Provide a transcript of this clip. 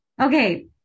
Okay